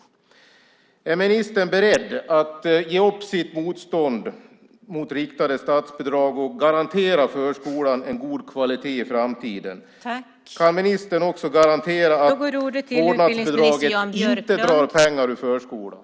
Är ministern beredd att ge upp sitt motstånd mot riktade statsbidrag och garantera förskolan en god kvalitet i framtiden? Kan ministern också garantera att vårdnadsbidraget inte drar pengar ur förskolan?